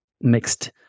mixed